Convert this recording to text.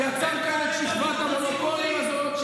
שיצר כאן את שכבת המונופולים הזו,